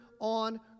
on